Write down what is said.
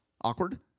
awkward